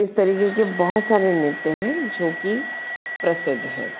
इस तरीक़े के बहुत सारे नृत्य हैं जो की प्रसिद्ध हैं